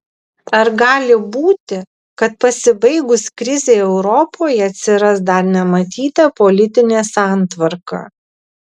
ar gali būti kad pasibaigus krizei europoje atsiras dar nematyta politinė santvarka